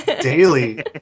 Daily